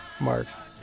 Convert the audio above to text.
marks